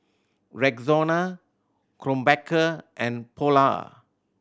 Rexona Krombacher and Polar